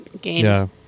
games